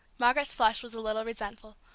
margaret's flush was a little resentful.